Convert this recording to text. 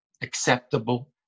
acceptable